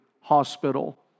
hospital